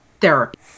therapy